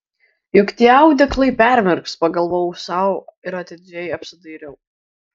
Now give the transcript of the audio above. juk tie audeklai permirks pagalvojau sau ir atidžiau apsidairiau